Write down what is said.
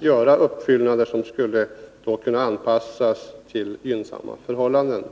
göra uppfyllnader, som skulle kunna anpassas till gynnsamma förhållanden.